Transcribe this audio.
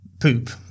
poop